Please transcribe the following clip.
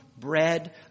Bread